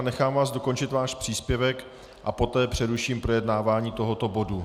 Nechám vás dokončit váš příspěvek a poté přeruším projednávání tohoto bodu.